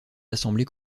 assemblées